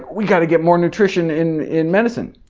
we've got to get more nutrition in in medicine.